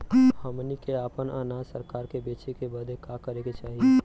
हमनी के आपन अनाज सरकार के बेचे बदे का करे के चाही?